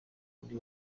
kuri